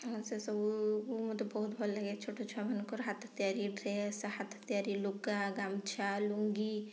ସେସବୁ କୁ ମୋତେ ବହୁତ ଭଲ ଲାଗେ ଛୋଟ ଛୁଆ ମାନଙ୍କର ହାତ ତିଆରି ଡ୍ରେସ୍ ହାତ ତିଆରି ଲୁଗା ଗାମୁଛା ଲୁଙ୍ଗି